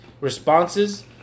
responses